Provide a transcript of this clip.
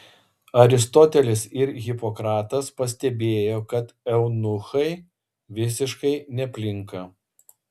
aristotelis ir hipokratas pastebėjo kad eunuchai visiškai neplinka